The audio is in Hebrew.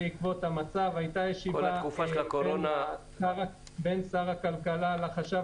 בעקבות המצב הייתה ישיבה בין שר הכלכלה לבין החשב